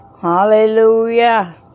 Hallelujah